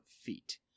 feet